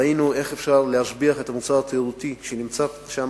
ראינו איך אפשר להשביח את המוצר התיירותי שנמצא שם.